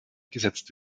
gesetzt